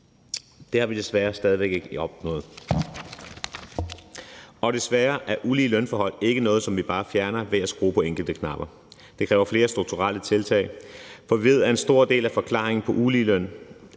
Det har vi desværre stadig væk ikke opnået, og desværre er ulige lønforhold ikke noget, som vi bare fjerner ved at skrue på enkelte knapper. Det kræver flere strukturelle tiltag, for vi ved, at en stor del af forklaringen på uligeløn